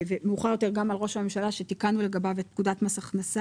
ומאוחר יותר גם על ראש הממשלה שתיקנו לגביו את פקודת מס הכנסה,